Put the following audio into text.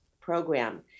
program